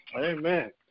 Amen